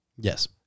Yes